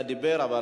דרך טרכטנברג,